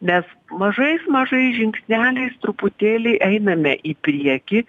nes mažais mažais žingsneliais truputėlį einame į priekį